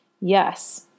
yes